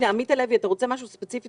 עמית הלוי, אתה רוצה לומר משהו ספציפי?